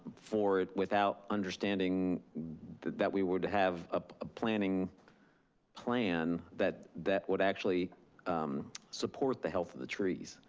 for, without understanding that that we would have a planning plan that that would actually support the health of the trees,